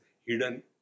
hidden